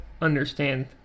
understand